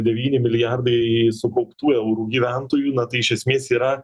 devyni milijardai sukauptų eurų gyventojų na tai iš esmės yra